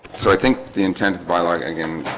so i think the intent of dialog again